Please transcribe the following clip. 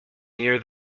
near